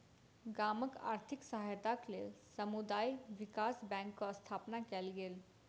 गामक आर्थिक सहायताक लेल समुदाय विकास बैंकक स्थापना कयल गेल